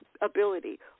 ability